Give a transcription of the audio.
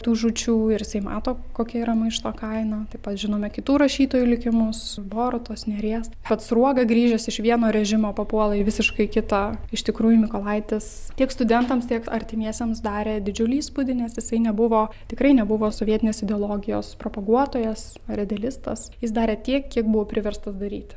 tų žūčių ir jisai mato kokia yra maišto kaina taip pat žinome kitų rašytojų likimus borutos nėries pats sruoga grįžęs iš vieno režimo papuola į visiškai kitą iš tikrųjų mykolaitis tiek studentams tiek artimiesiems darė didžiulį įspūdį nes jisai nebuvo tikrai nebuvo sovietinės ideologijos propaguotojas redelistas jis darė tiek kiek buvo priverstas daryti